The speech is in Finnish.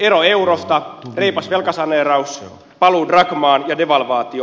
ero eurosta reipas velkasaneeraus paluu drakmaan ja devalvaatio